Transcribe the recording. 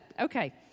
Okay